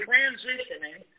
transitioning